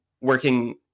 working